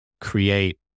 create